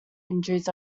injuries